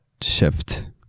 shift